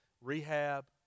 rehab